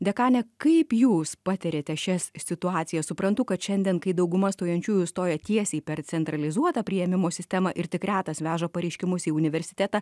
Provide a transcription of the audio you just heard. dekane kaip jūs patiriate šias situacijas suprantu kad šiandien kai dauguma stojančiųjų stoja tiesiai per centralizuotą priėmimo sistemą ir tik retas veža pareiškimus į universitetą